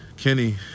Kenny